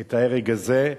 את ההרג הזה.